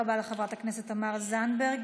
תודה רבה לחברת הכנסת תמר זנדברג.